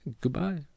Goodbye